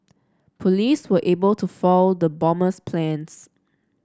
police were able to foil the bomber's plans